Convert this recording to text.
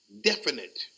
definite